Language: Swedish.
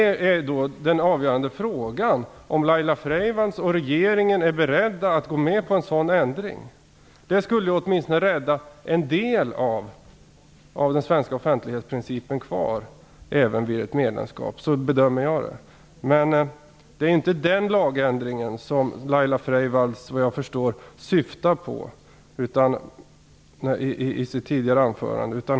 Den avgörande frågan är då om Laila Freivalds och regeringen är beredda att gå med på en sådan ändring. Det skulle åtminstone rädda en del av den svenska offentlighetsprincipen kvar även vid ett medlemskap. Så bedömer jag saken. Men vad jag förstår är det inte den lagändringen som Laila Freivalds syftar på i sitt anförande.